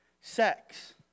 sex